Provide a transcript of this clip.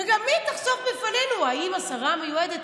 וגם היא תחשוף בפנינו אם השרה המיועדת